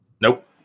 Nope